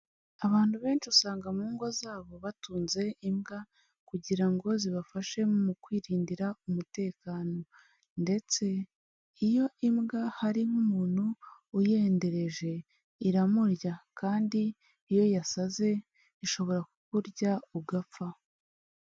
Abantu benshi usanga mu ngo zabo batunze imbwa kugira ngo zibafashe mu kwirindira umutekano, ndetse iyo imbwa hari nk'umuntu uyendereje iramurya kandi iyo yasaze ishobora kukurya ugapfa.